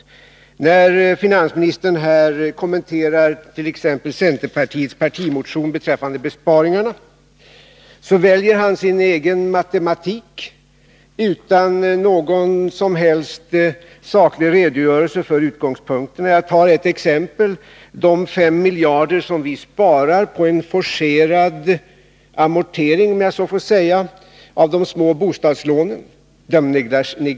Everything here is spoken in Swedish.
E När finansministern här kommenterar t.ex. centerpartiets partimotion beträffande besparingarna, så väljer han sin egen matematik, utan någon som helst saklig redogörelse för utgångspunkterna. Jag tar ett exempel. Han negligerar de 5 miljarder som vi sparar på en forcerad amortering — om jag så får säga — av de små bostadslånen.